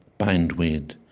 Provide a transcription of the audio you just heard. bindweed,